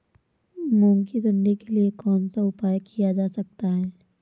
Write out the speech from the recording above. मूंग की सुंडी के लिए कौन सा उपाय किया जा सकता है?